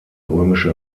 römische